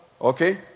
Okay